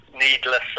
needless